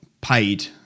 paid